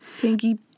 Pinky